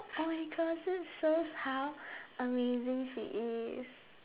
oh my god so it shows how amazing she is